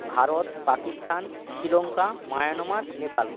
Bharat Pakistan Sri Lanka Myanmar Nepal